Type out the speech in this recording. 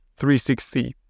360